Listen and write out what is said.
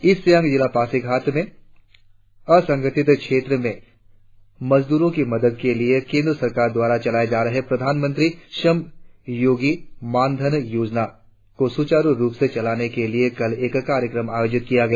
east Siang जिला पासीघाट में असंगठित क्षेत्रों के मजद्ररों की मदद के लिए केंद्र सरकार द्वारा चलाएं जा रहे प्रधानमंत्री श्रमयोगी मानधन योजना को सुचारु रुप से चलाने के लिए कल एक कार्यक्रम आयोजन किया गया